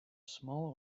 small